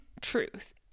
truth